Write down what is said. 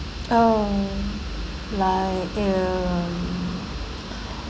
oh like um